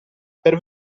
per